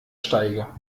steige